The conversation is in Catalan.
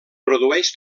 produeix